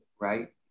right